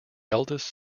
eldest